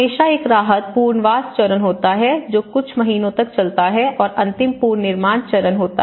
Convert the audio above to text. हमेशा एक राहत पुनर्वास चरण होता है जो कुछ महीनों तक चलता है और अंतिम पुनर्निर्माण चरण होता है